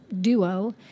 duo